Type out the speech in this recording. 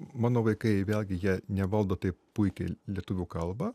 mano vaikai vėlgi jie nevaldo taip puikiai lietuvių kalbą